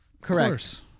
Correct